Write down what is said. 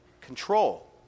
control